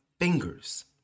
fingers